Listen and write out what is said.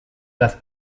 las